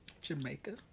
Jamaica